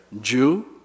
Jew